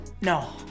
No